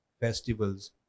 festivals